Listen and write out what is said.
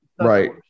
right